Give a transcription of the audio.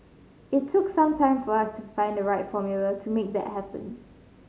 it took some time for us to find the right formula to make that happen